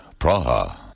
Praha